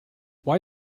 why